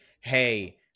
hey